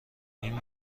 این